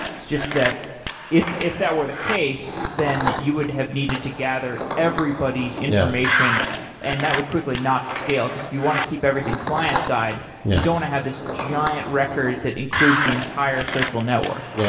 it's just that if if that were the case, then you would have needed to gather everybody's information and that would quickly not scale, because if you want to keep everything client-side, you don't want to have this giant record that includes the entire social network. yeah